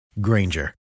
Granger